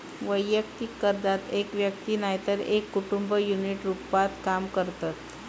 वैयक्तिक कर्जात एक व्यक्ती नायतर एक कुटुंब युनिट रूपात काम करतत